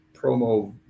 promo